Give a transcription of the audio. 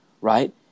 right